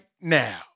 now